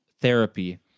therapy